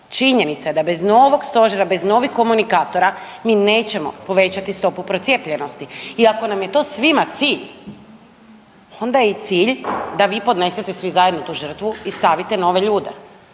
činjenica je da bez novog stožera i bez novih komunikatora mi nećemo povećati stopu procijepljenosti i ako nam je to svima cilj onda je i cilj da vi podnesete svi zajedno tu žrtvu i stavite nove ljude.